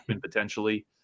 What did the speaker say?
potentially